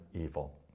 evil